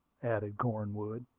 added cornwood.